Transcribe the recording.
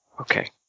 Okay